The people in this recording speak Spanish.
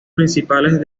principales